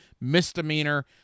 Misdemeanor